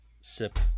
Sip